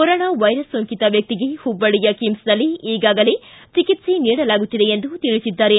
corona virus ಸೋಂಕಿತ ವ್ಯಕ್ತಿಗೆ ಹುಬ್ಬಳ್ಳಿಯ ಕಿಮ್ಸ್ನಲ್ಲಿ ಈಗಾಗಲೇ ಚಿಕಿತ್ಸೆ ನೀಡಲಾಗುತ್ತಿದೆ ಎಂದು ತಿಳಿಸಿದ್ದಾರೆ